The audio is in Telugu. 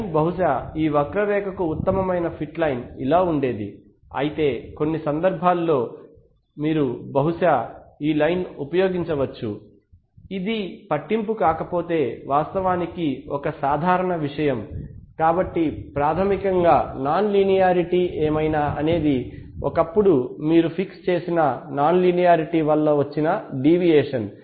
లైన్ బహుశా ఈ వక్రరేఖకు ఉత్తమమైన ఫిట్ లైన్ ఇలా ఉండేది అయితే కొన్ని సందర్భాల్లో మీరు బహుశా ఈ లైన్ ఉపయోగించవచ్చు ఇది పట్టింపు లేకపోతే వాస్తవానికి ఇది ఒక సాధారణ విషయం కాబట్టి ప్రాథమికంగా నాన్ లీనియారిటీ ఏమైనా అనేది ఒకప్పుడు మీరు ఫిక్స్ చేసిన నాన్ లీనియారిటీ వలన వచ్చిన డీవియేషన్